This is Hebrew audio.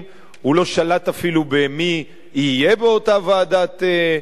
הוא לא שלט אפילו במי יהיה באותה ועדת מומחים,